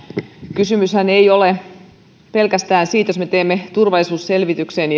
kysymyshän ei ole pelkästään siitä jos me teemme turvallisuusselvityksen